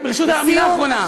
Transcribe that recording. לסיום,